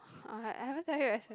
uh I I haven't tell you